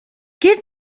give